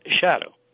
shadow